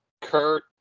Kurt